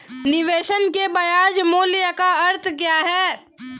निवेश के ब्याज मूल्य का अर्थ क्या है?